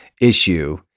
issue